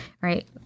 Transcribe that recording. right